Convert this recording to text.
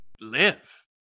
live